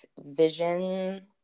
vision